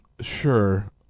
Sure